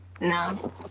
No